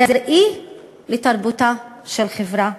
זה ראי לתרבותה של חברה.